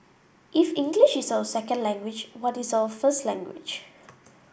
if English is our second language what is our first language